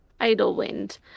Idlewind